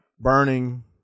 Burning